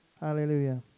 Hallelujah